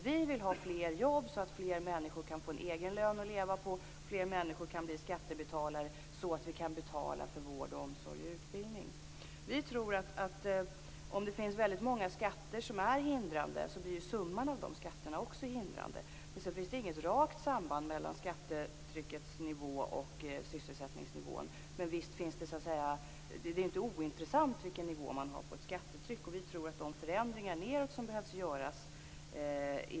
Vi vill ha fler jobb så att fler människor kan få en egen lön att leva på och så att fler kan bli skattebetalare, så att vi kan betala för vård, omsorg och utbildning. Om det finns väldigt många skatter som är hindrande blir summan av de skatterna också hindrande. Det finns inget rakt samband mellan skattetryckets nivå och sysselsättningsnivån, men skattetryckets nivå är inte ointressant. Vi tror att en av strategierna är att göra förändringar nedåt.